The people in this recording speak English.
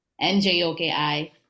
NJOKI